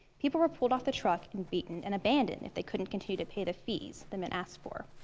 people were pulled off the truck and beaten and abandoned if they couldn't continue to pay the fees the men asked for.